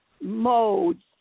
modes